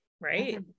right